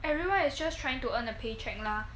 everyone is just trying to earn a pay check lah